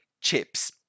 chips